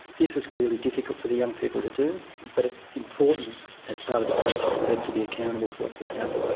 this was clearly difficult for the young people to do but it's important as part of the process for them to be accountable for what they've done.